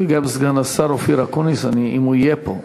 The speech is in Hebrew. וגם סגן השר אופיר אקוניס, אם יהיה פה.